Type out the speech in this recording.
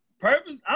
purpose